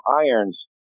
irons